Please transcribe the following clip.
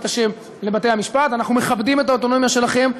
השם לבתי-המשפט: אנחנו מכבדים את האוטונומיה שלכם,